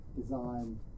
design